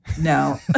no